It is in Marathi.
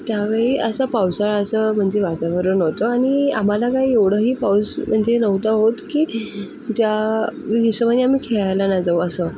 त्यावेळी असा पावसाळा असं म्हणजे वातावरण होतं आणि आम्हाला काही एवढंही पाऊस म्हणजे नव्हता होत की ज्या हिशोबाने आम्ही खेळायला ना जाऊ असं